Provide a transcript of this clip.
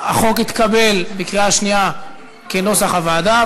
החוק התקבל בקריאה שנייה כנוסח הוועדה.